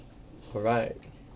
alright